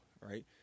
right